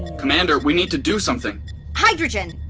commander? we need to do something hydrogen!